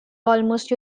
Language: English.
almost